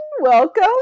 Welcome